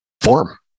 form